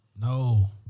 No